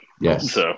Yes